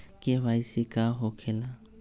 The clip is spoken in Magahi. के.वाई.सी का हो के ला?